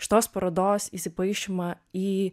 šios parodos įsipaišymą į